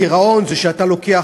גירעון זה כשאתה לוקח,